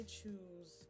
choose